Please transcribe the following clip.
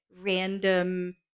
random